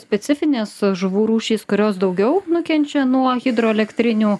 specifinės žuvų rūšys kurios daugiau nukenčia nuo hidroelektrinių